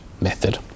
method